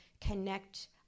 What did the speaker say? connect